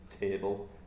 table